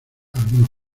algunos